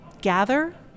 gather